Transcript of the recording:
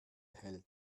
hält